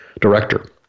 director